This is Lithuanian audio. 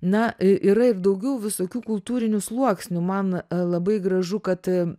na yra ir daugiau visokių kultūrinių sluoksnių man labai gražu kad